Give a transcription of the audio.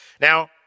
Now